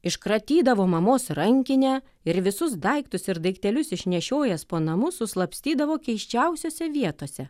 iškratydavo mamos rankinę ir visus daiktus ir daiktelius išnešiojęs po namus suslapstydavo keisčiausiose vietose